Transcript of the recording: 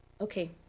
Okay